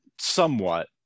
somewhat